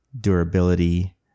durability